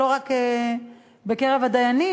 לא רק בקרב הדיינים,